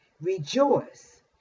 Rejoice